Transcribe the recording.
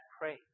pray